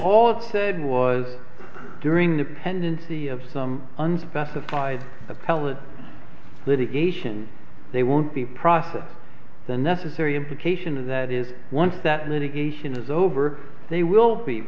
all said was during the pendency of some unspecified appellate litigation they want the process the necessary implication of that is once that litigation is over they will be